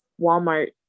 Walmart